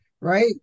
right